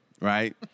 right